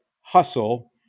Hustle